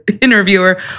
Interviewer